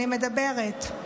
אני מדברת.